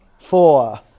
four